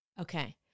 Okay